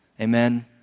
Amen